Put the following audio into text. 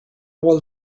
will